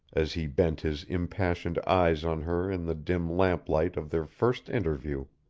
as he bent his impassioned eyes on her in the dim lamplight of their first interview,